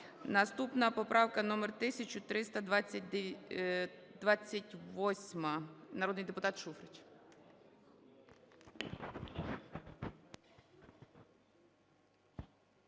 Наступна поправка номер 1328, народний депутат Шуфрич.